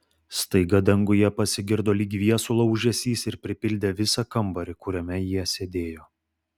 staiga danguje pasigirdo lyg viesulo ūžesys ir pripildė visą kambarį kuriame jie sėdėjo